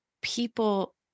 people